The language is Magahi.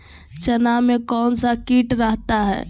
चना में कौन सा किट रहता है?